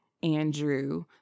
Andrew